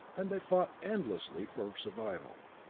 and they fought endlessly for survival.